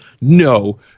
No